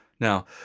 Now